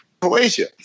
Croatia